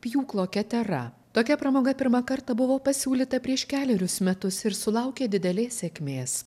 pjūklo ketera tokia pramoga pirmą kartą buvo pasiūlyta prieš kelerius metus ir sulaukė didelės sėkmės